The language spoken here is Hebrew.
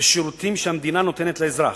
בשירותים שהמדינה נותנת לאזרח.